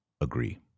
Agree